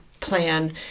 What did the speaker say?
plan